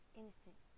innocent